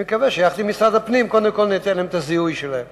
אני מקווה שיחד עם משרד הפנים קודם כול ניתן להם את הזיהוי שלהם,